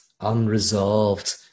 unresolved